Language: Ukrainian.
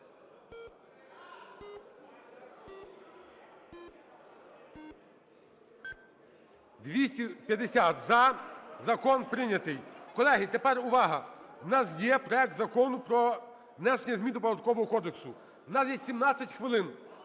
За-250 Закон прийнятий. Колеги, тепер увага! У нас є проект Закону про внесення змін до Податкового кодексу. У нас є 17 хвилин.